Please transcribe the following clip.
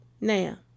Now